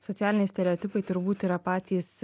socialiniai stereotipai turbūt yra patys